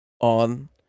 on